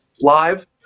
live